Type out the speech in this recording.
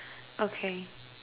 okay